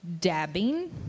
dabbing